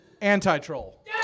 anti-troll